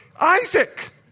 Isaac